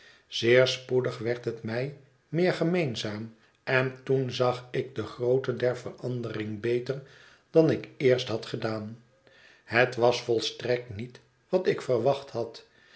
zeer spoedig werd het mij meer gemeenzaam en toen zag ik de grootte der verandering beter dan ik eerst had gedaan het was volstrekt niet wat ik verwacht had